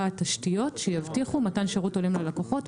תשתיות שיבטיחו מתן שירות הולם ללקוחות,